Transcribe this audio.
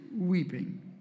weeping